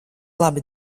labi